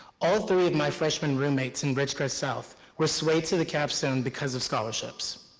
all three of my freshman roommates and ridgecrest south were swayed to the capstone because of scholarships.